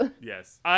Yes